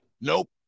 nope